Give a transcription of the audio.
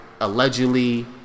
allegedly